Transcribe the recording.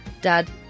Dad